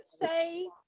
say